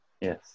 yes